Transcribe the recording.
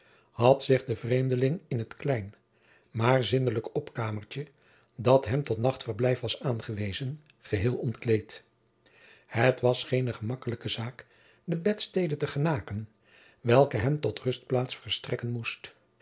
had zich de vreemdeling in het klein maar zindelijk opkamertje dat hem tot nachtverblijf was aangewezen geheel ontkleed het was geene gemakkelijke zaak de bedstede te genaken welke hem tot rustplaats verstrekken moest